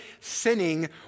sinning